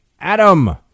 adam